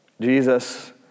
Jesus